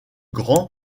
grand